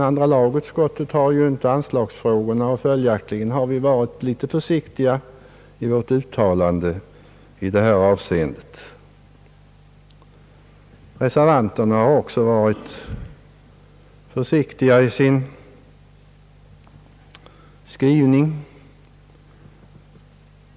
Andra lagutskottet har emellertid inte att behandla anslagsfrågor, och följaktligen har vi varit litet försiktiga i vårt uttalande i detta avseende. Även reservanterna har varit försiktiga i sin skrivning.